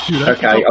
Okay